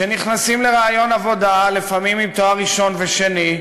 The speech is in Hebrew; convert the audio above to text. שנכנסים לראיון עבודה, לפעמים עם תואר ראשון ושני,